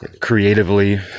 creatively